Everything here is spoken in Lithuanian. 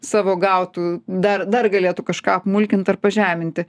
savo gautų dar dar galėtų kažką apmulkint ar pažeminti